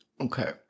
Okay